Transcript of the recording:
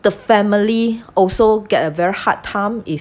the family also get a very hard time if